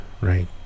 right